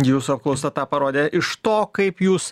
jūsų apklausa tą parodė iš to kaip jūs